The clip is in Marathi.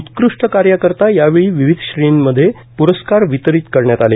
उत्कृष्ट कार्याकरिता यावेळी विविध श्रेणींमध्ये प्रस्कार वितरीत करण्यात आले